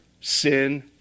sin